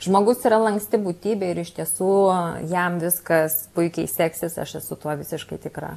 žmogus yra lanksti būtybė ir iš tiesų jam viskas puikiai seksis aš esu tuo visiškai tikra